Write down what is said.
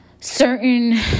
certain